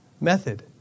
method